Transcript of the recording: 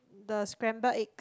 the scramble egg